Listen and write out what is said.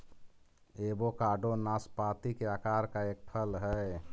avocado नाशपाती के आकार का एक फल हई